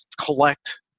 collect